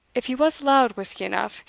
if he was allowed whisky enough,